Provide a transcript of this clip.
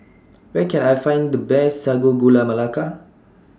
Where Can I Find The Best Sago Gula Melaka